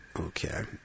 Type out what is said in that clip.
Okay